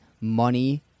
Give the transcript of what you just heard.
Money